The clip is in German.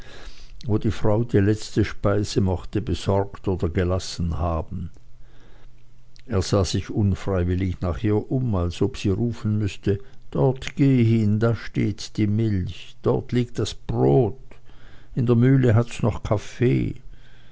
wo die frau die letzte speise mochte besorgt oder gelassen haben er sah sich unfreiwillig nach ihr um als ob sie rufen müßte dort geh hin da steht die milch dort liegt das brot in der mühle steckt noch der kaffee